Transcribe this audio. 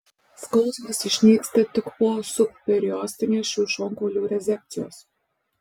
skausmas išnyksta tik po subperiostinės šių šonkaulių rezekcijos